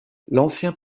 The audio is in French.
l’ancien